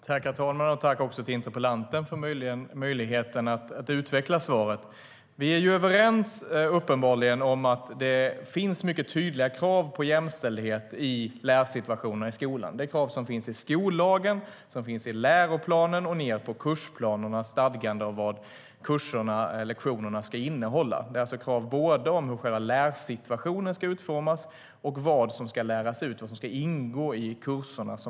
Fru talman! Tack, interpellanten, för möjligheten att utveckla svaret! Vi är uppenbarligen överens om att det finns mycket tydliga krav på jämställdhet i lärsituationerna i skolan. Det är krav som finns i skollagen, i läroplanen och ned på kursplanernas stadgande av vad kurserna och lektionerna ska innehålla. Det är alltså krav både på hur själva lärsituationen ska utformas och på vad som ska läras ut och vad som ska ingå i kurserna.